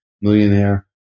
millionaire